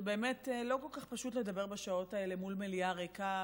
זה באמת לא כל כך פשוט לדבר בשעות האלה מול מליאה ריקה,